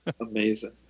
Amazing